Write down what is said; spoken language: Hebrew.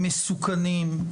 הם מסוכנים,